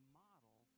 model